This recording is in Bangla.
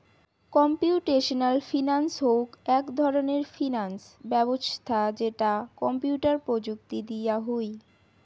কম্পিউটেশনাল ফিনান্স হউক এক ধরণের ফিনান্স ব্যবছস্থা যেটা কম্পিউটার প্রযুক্তি দিয়া হুই